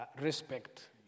respect